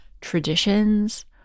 traditions